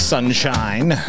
Sunshine